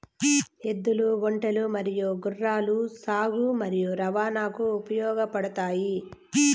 ఎద్దులు, ఒంటెలు మరియు గుర్రాలు సాగు మరియు రవాణాకు ఉపయోగపడుతాయి